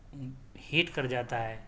heat کر جاتا ہے